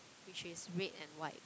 which is red and white